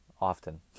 often